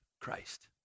Christ